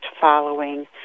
following